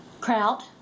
Kraut